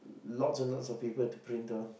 lots and lots to people to print on